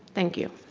thank you.